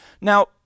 Now